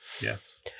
Yes